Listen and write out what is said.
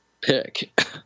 pick